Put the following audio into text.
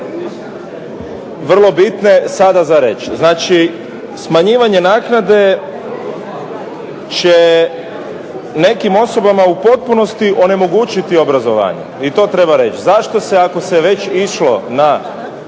vrlo bitne sada za reći. Znači, smanjivanje naknade će nekim osobama u potpunosti onemogućiti obrazovanje, i to treba reći. Zašto se, ako se već išlo na